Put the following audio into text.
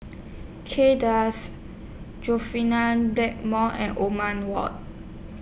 Kay Das Blackmore and Othman Wok